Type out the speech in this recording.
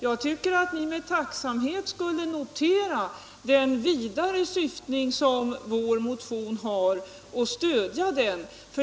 Jag tycker att ni med tacksamhet skall notera den vidare syftning som vår motion har och stödja den.